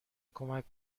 کمک